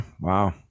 Wow